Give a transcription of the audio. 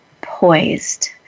poised